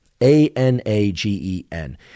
A-N-A-G-E-N